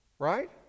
Right